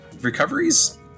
Recoveries